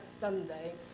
Sunday